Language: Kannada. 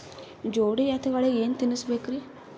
ಜೋಡಿ ಎತ್ತಗಳಿಗಿ ಏನ ತಿನಸಬೇಕ್ರಿ?